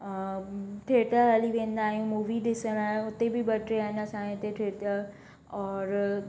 अ theatre हली वेंदा आहियूं मूवी ॾिसंण उते बि ॿ टे आहिनि असांजे इते थियेटर और